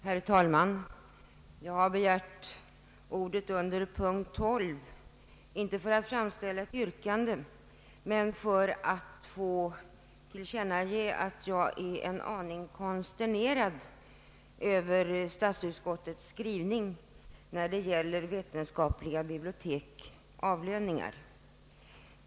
Herr talman! Jag har begärt ordet för att anföra några synpunkter med anledning av statsutskottets utlåtande under punkten 12 med rubriken ”Vetenskapliga bibliotek: Avlöningar”, inte för att framställa ett yrkande utan för att få tillkännage att jag är en aning konsternerad över statsutskottets skrivning under denna punkt.